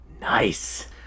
Nice